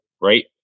right